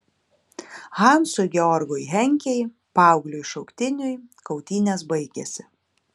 hansui georgui henkei paaugliui šauktiniui kautynės baigėsi